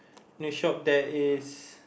new shop that is